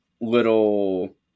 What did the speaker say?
little